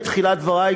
בתחילת דברי,